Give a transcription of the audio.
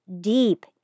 deep